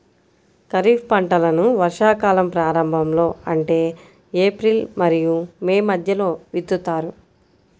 ఖరీఫ్ పంటలను వర్షాకాలం ప్రారంభంలో అంటే ఏప్రిల్ మరియు మే మధ్యలో విత్తుతారు